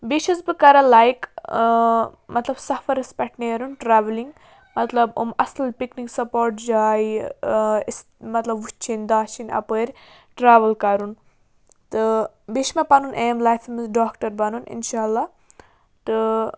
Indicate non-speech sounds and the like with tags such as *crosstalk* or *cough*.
بیٚیہِ چھَس بہٕ کَران لایک مطلب سفرَس پٮ۪ٹھ نیرُن ٹرٛاولِنٛگ مطلب یِم اَصٕل پِکنِک سپاٹ جایہِ *unintelligible* مطلب وٕچھٕنۍ داچھٕنۍ اَپٲرۍ ٹرٛاوٕل کَرُن تہٕ بیٚیہِ چھِ مےٚ پَنُن ایم لایفہِ منٛز ڈاکٹَر بَنُن اِنشاء اللہ تہٕ